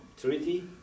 treaty